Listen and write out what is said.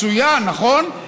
מצוין, נכון?